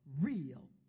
real